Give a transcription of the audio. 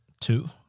two